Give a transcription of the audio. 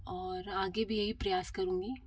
और आगे भी यही प्रयास करूंगी